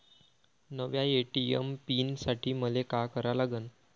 नव्या ATM PIN साठी मले का करा लागन?